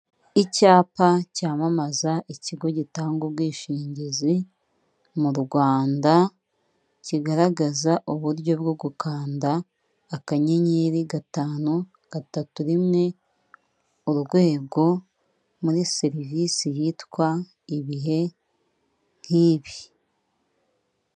Icyapa cy'amamaza ikigo gitanga ubwishingizi mu Rwanda, kigaragaza uburyo bwo gukanda akanyenyeri gatanu, gatatu, rimwe urwego muri serivisi yitwa ibihe nk'ibi.